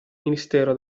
ministero